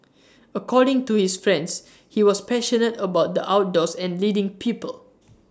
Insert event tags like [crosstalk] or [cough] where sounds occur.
[noise] according to his friends he was passionate about the outdoors and leading people [noise]